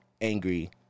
angry